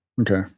okay